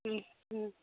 ம் ம்